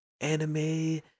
anime